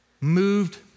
moved